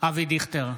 אבי דיכטר,